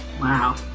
Wow